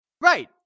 Right